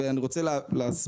ואני רוצה להסביר.